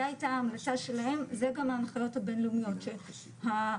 זה הייתה הגישה שלהם זה גם ההנחיות הבינלאומיות שהנפח